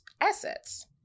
assets